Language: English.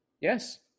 Yes